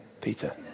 Peter